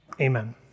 Amen